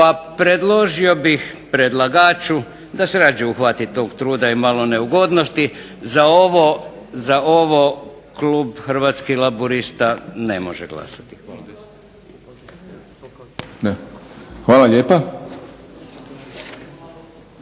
Pa predložio predlagaču da se radije uhvati tog truda i malo neugodnosti. Za ovo Klub Hrvatskih laburista ne može glasati. Hvala.